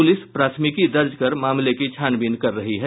police प्राथमिकी दर्ज कर मामले की छानबीन कर रही है